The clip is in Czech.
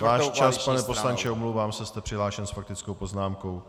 Váš čas, pane poslanče, omlouvám se, jste přihlášen s faktickou poznámkou.